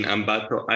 Ambato